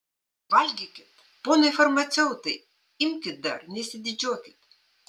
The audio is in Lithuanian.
valgykit ponai farmaceutai imkit dar nesididžiuokit